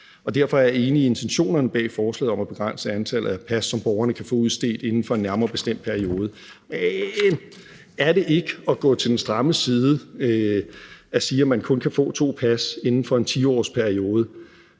og derfor er jeg enig i intentionerne bag forslaget om at begrænse antallet af pas, som en borger kan få udstedt, inden for en nærmere bestemt periode. Men er det ikke at gå til den stramme side at sige, at man kun kan få to pas inden for en 10-årsperiode?